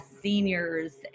seniors